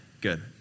good